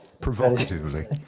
Provocatively